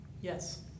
yes